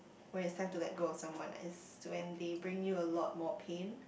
when it's time to let go of someone is when they bring you a lot more pain